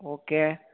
okay